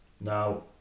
now